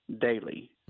daily